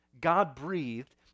God-breathed